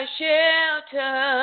shelter